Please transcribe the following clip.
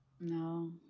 No